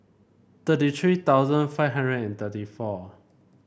thirty three five hundred and thirty four